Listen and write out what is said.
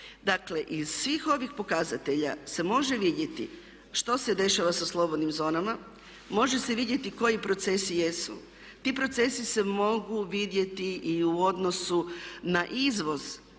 Dakle, iz svih ovih pokazatelja se može vidjeti što se dešava sa slobodnim zonama. Može se vidjeti koji procesi jesu. Ti procesi se mogu vidjeti i u odnosu na izvoz,